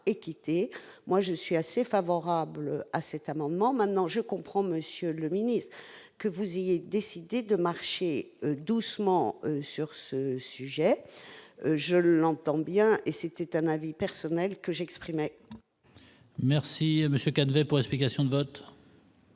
moi je suis assez favorable à cet amendement, maintenant je comprends Monsieur le Ministre, que vous ayez décidé de marcher doucement sur ce sujet, je l'entends bien et c'est un avis personnel que j'exprimais. Merci monsieur cadré pour explication d'.